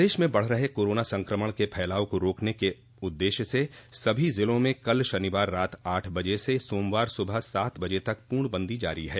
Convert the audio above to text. प्रदेश में बढ़ रहे कोरोना संक्रमण के फैलाव को रोकने के उददेश्य से सभी जिलों में कल शनिवार रात आठ बजे से सोमवार सुबह सात बजे तक पूर्ण बंदो जारी है